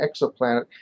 exoplanet